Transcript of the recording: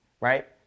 right